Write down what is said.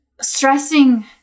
stressing